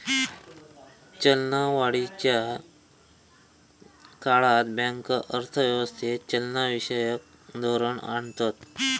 चलनवाढीच्या काळात बँक अर्थ व्यवस्थेत चलनविषयक धोरण आणतत